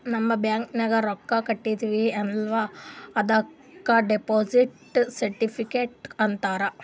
ನಾವ್ ಬ್ಯಾಂಕ್ಗ ರೊಕ್ಕಾ ಕಟ್ಟಿರ್ತಿವಿ ಅಲ್ಲ ಅದುಕ್ ಡೆಪೋಸಿಟ್ ಸರ್ಟಿಫಿಕೇಟ್ ಅಂತಾರ್